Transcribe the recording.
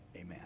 amen